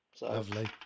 Lovely